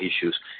issues